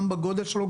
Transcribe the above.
גם בגודל שלו,